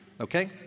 Okay